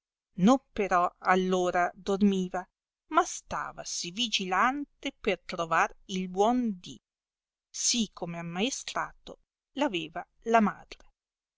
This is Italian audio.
non però all'ora dormiva ma sfavasi vigilante per trovar il buon dì sì come ammaestrato r aveva la madre